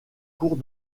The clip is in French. cours